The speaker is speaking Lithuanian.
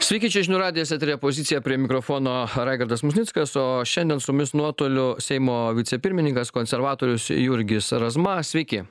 sveiki čia žinių radijas eteryje pozicija prie mikrofono raigardas musnickas o šiandien su mumis nuotoliu seimo vicepirmininkas konservatorius jurgis razma sveiki